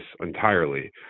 entirely